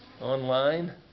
online